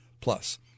Plus